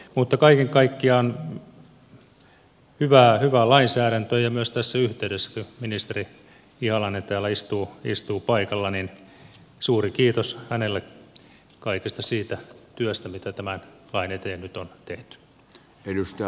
mutta kaiken kaikkiaan hyvä lainsäädäntö ja tässä yhteydessä kun ministeri ihalainen täällä istuu paikalla myös suuri kiitos hänelle kaikesta siitä työstä mitä tämän lain eteen nyt on tehty